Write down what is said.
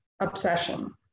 obsession